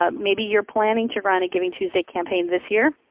ah maybe you are planning to run a givingtuesday campaign this year,